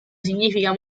significa